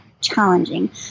challenging